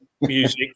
music